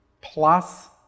plus